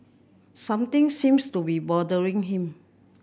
something seems to be bothering him